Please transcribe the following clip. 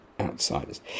outsiders